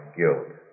guilt